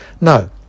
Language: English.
No